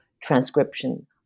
transcription